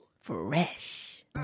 Fresh